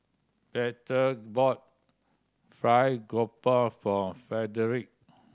Bertha bought fried grouper for Frederick